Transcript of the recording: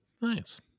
Nice